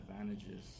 advantages